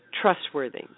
trustworthy